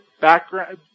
background